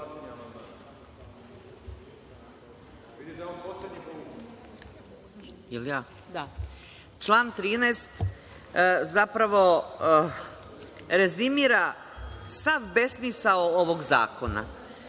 Član 13. zapravo rezimira sav besmisao ovog zakona.U